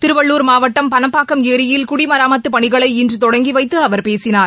திருவள்ளர் மாவட்டம் பனப்பாக்கம் ஏரியில் குடிமராமத்துப் பணிகளை இன்று தொடங்கி வைத்து அவர் பேசினார்